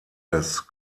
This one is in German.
des